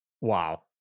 wow